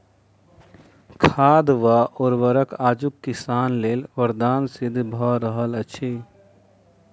खाद वा उर्वरक आजुक किसान लेल वरदान सिद्ध भ रहल अछि